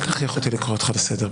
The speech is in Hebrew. אל תכריח אותי לקרוא אותך לסדר,